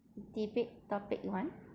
debate topic one